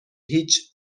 هیچ